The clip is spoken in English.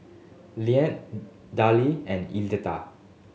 Leanne Dillie and Edla